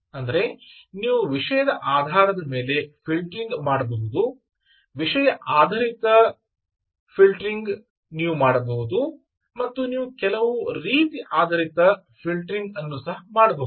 ಅಂದರೆ ನೀವು ವಿಷಯಗಳ ಆಧಾರದ ಮೇಲೆ ಫಿಲ್ಟರಿಂಗ್ ಮಾಡಬಹುದು ವಿಷಯ ಆಧಾರಿತ content base ಫಿಲ್ಟರಿಂಗ್ ಆಧರಿಸಿ ನೀವು ಮಾಡಬಹುದು ಮತ್ತು ನೀವು ಕೆಲವು ರೀತಿಯ ಆಧಾರಿತ ಫಿಲ್ಟರಿಂಗ್ ಅನ್ನು ಸಹ ಮಾಡಬಹುದು